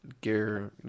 Gear